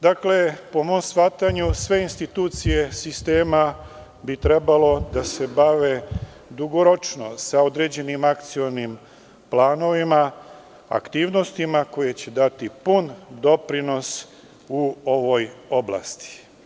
Dakle, po mom shvatanju, sve institucije sistema bi trebalo da se bave dugoročno sa određenim akcionim planovima, aktivnostima koje će dati pun doprinos u ovoj oblasti.